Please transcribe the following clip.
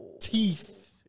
teeth